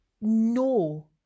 no